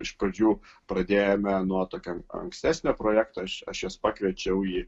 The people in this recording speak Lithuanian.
iš pradžių pradėjome nuo tokiam ankstesnio projekto aš aš juos pakviečiau į